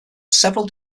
several